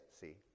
see